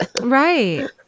Right